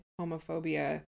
homophobia